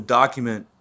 document